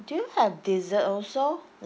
do you have dessert also